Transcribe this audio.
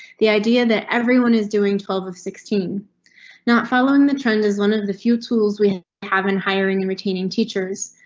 the idea that everyone is doing twelve of sixteen not following the trend is one of the few tools we have in hiring and retaining teachers.